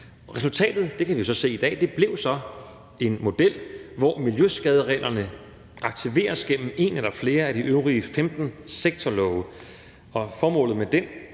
Resultatet, og det kan vi se i dag, blev en model, hvor miljøskadereglerne aktiveres gennem en eller flere af de øvrige 15 sektorlove, og formålet med den